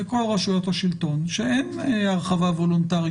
לכל רשויות השלטון שאין הרחבה וולונטרית